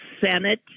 Senate